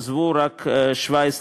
עזבו רק 17,100,